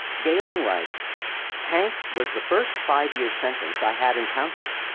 gaylin writes hank's was the first five-year sentence i had encountered.